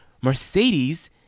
Mercedes